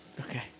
Okay